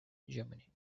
germany